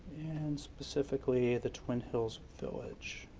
and specifically the twin hills village.